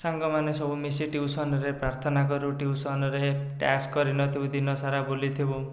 ସାଙ୍ଗମାନେ ସବୁ ମିଶି ଟ୍ୟୁସନ୍ରେ ପ୍ରାର୍ଥନା କରୁ ଟ୍ୟୁସନ୍ରେ ଟାସ୍କ୍ କରିନଥିବୁ ଦିନସାରା ବୁଲିଥିବୁ